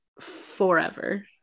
forever